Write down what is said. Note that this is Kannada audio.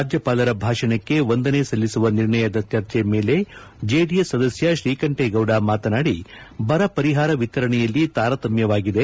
ರಾಜ್ಯಪಾಲರ ಭಾಷಣಕ್ಕೆ ವಂದನೆ ಸಲ್ಲಿಸುವ ನಿರ್ಣಯದ ಚರ್ಚೆ ಮೇಲೆ ಜೆಡಿಎಸ್ ಸದಸ್ತ ಶ್ರೀಕಂಠೆಗೌಡ ಮಾತನಾಡಿ ಬರಪರಿಹಾರ ವಿತರಣೆಯಲ್ಲಿ ತಾರತಮ್ಯವಾಗಿದೆ